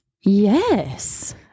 Yes